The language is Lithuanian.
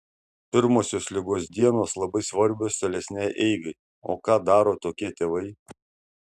pirmosios ligos dienos labai svarbios tolesnei eigai o ką daro tokie tėvai